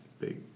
big